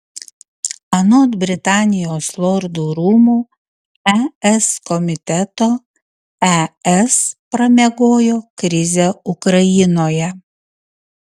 anot britanijos lordų rūmų es komiteto es pramiegojo krizę ukrainoje